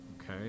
okay